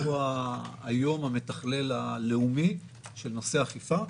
הוא היום המתכלל הלאומי של נושא אכיפה,